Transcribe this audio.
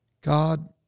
God